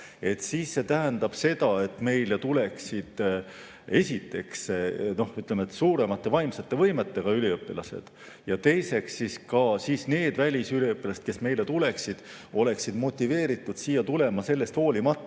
siis see tähendaks seda, et meile tuleksid esiteks, noh, ütleme, suuremate vaimsete võimetega üliõpilased, ja teiseks need välisüliõpilased, kes meile tuleksid, oleksid motiveeritud siia tulema hoolimata